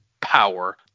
power